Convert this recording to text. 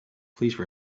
please